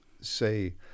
say